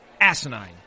asinine